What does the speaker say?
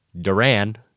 Duran